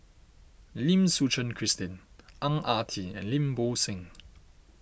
Lim Suchen Christine Ang Ah Tee and Lim Bo Seng